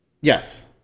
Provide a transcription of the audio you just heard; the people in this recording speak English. Yes